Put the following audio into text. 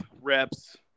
reps